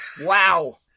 Wow